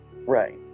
right